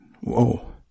Whoa